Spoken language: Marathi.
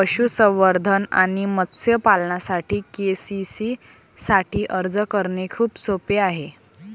पशुसंवर्धन आणि मत्स्य पालनासाठी के.सी.सी साठी अर्ज करणे खूप सोपे आहे